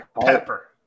Pepper